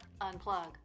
Unplug